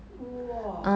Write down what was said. !whoa!